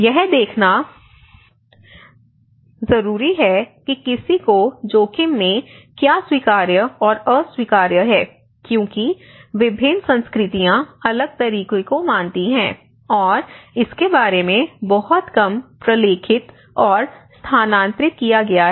यह देखना जरूरी है कि किसी को जोखिम में क्या स्वीकार्य और अस्वीकार्य है क्योंकि विभिन्न संस्कृतियां अलग तरीकों को मानती हैं और इसके बारे में बहुत कम प्रलेखित और स्थानांतरित किया गया है